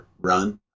run